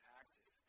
active